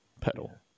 pedal